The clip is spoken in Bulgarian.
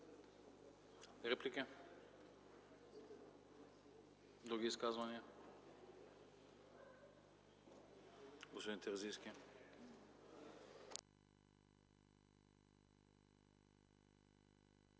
Реплики? Няма. Други изказвания? Господин Терзийски.